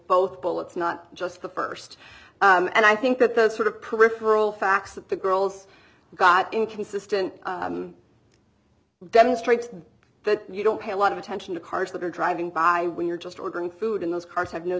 both bullets not just the first and i think that the sort of peripheral facts that the girls got inconsistent demonstrates that you don't pay a lot of attention to cars that are driving by when you're just ordering food in those cars have no